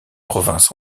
provinces